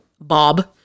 Bob